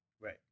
right